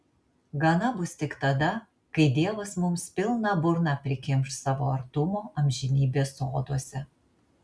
gana bus tik tada kai dievas mums pilną burną prikimš savo artumo amžinybės soduose